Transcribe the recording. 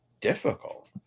difficult